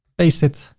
paste it.